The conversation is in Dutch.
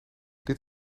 dit